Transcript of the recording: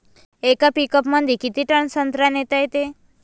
येका पिकअपमंदी किती टन संत्रा नेता येते?